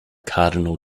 cardinal